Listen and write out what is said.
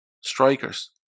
strikers